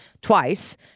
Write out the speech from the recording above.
twice